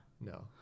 No